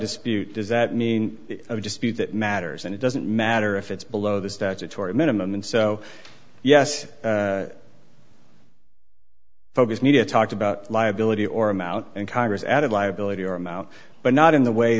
dispute does that mean just be that matters and it doesn't matter if it's below the statutory minimum and so yes focused media talked about liability or amount and congress added liability or amount but not in the way